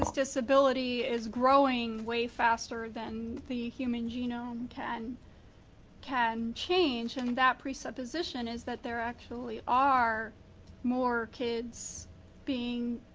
um disability is growing way faster than the human genome can can change, and that presupposition is that there actually are more kids being